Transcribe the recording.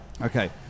Okay